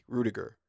Rudiger